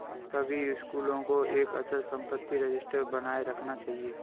सभी स्कूलों को एक अचल संपत्ति रजिस्टर बनाए रखना चाहिए